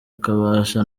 akabasha